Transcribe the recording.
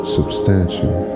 Substantial